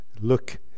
look